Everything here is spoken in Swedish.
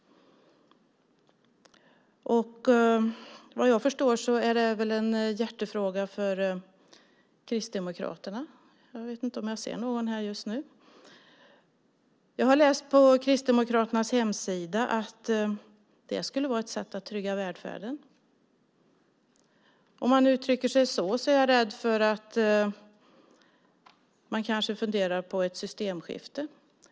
Vad jag förstår är det en hjärtefråga för Kristdemokraterna - jag vet inte om jag ser någon kristdemokrat i kammaren just nu. Jag har på Kristdemokraternas hemsida läst att det skulle vara ett sätt att trygga välfärden. Om man uttrycker sig så är jag rädd för att man kanske funderar på ett systemskifte.